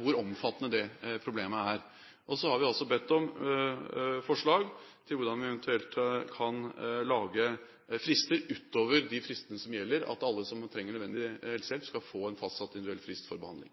hvor omfattende det problemet er. Vi har bedt om forslag til hvordan vi eventuelt kan lage frister utover de fristene som gjelder, slik at alle som trenger nødvendig helsehjelp, skal få en fastsatt individuell frist for behandling.